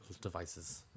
devices